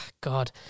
God